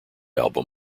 album